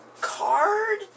Card